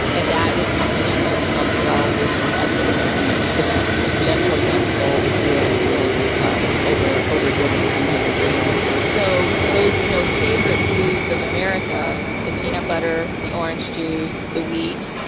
and that with the combination of albuterol, which is also a stimulant. this gentle young soul was really, really um over over driven in his adrenals. so, those you know favorite foods of america, the peanut butter, the orange juice, the wheat,